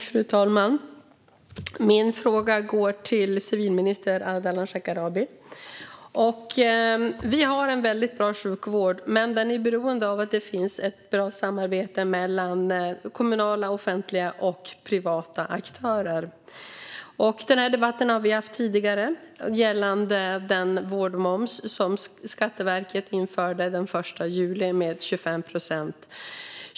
Fru talman! Min fråga går till civilminister Ardalan Shekarabi. Vi har en väldigt bra sjukvård, men den är beroende av att det finns ett bra samarbete mellan kommunala, offentliga och privata aktörer. Den vårdmoms på 25 procent som Skatteverket införde den 1 juli har vi debatterat tidigare.